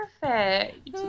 perfect